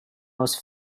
most